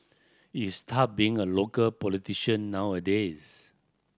it's tough being a local politician nowadays